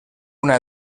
una